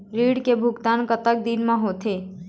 ऋण के भुगतान कतक दिन म होथे?